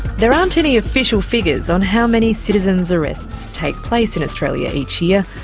there aren't any official figures on how many citizen's arrests take place in australia each year.